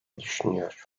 düşünüyor